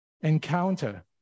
encounter